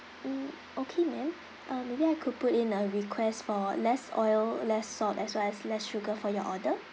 mm okay ma'am uh maybe I could put in a request for less oil less salt as well as less sugar for your order